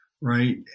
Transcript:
right